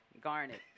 garnet